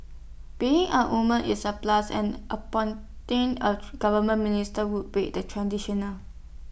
being A woman is A plus and appointing A government minister would break the traditional